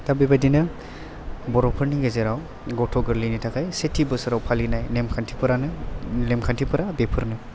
दा बेबादिनो बर'फोरनि गेजेराव गथ' गाेरलैनि थाखाय सेथि बाेसाेराव फालिनाय नेम खान्थि फोरानो नेमखान्थिफोरा बेफोरनो